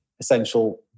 essential